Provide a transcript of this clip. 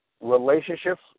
relationships